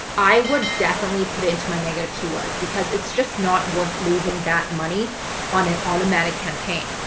i would definitely put it into my negative keywords because it's just not worth losing that money on an automatic campaign.